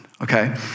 Okay